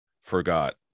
forgot